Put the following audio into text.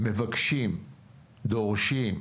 מבקשים, דורשים,